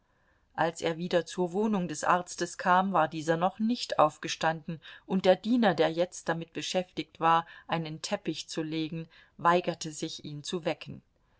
als er wieder zur wohnung des arztes kam war dieser noch nicht aufgestanden und der diener der jetzt damit beschäftigt war einen teppich zu legen weigerte sich ihn zu wecken